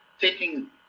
taking